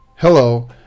Hello